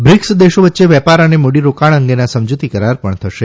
BRICS દેશો વચ્ચે વેપાર અને મૂડીરોકાણ અંગેના સમજૂતી કરાર પણ થશે